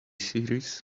series